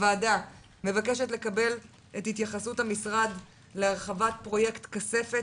הוועדה מבקשת לקבל את התייחסות המשרד להרחבת פרויקט כספת,